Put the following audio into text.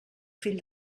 fill